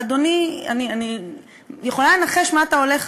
אדוני, אני יכולה לנחש מה אתה הולך